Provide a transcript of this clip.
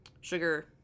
Sugar